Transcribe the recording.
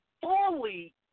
fully